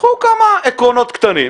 קחו כמה עקרונות קטנים,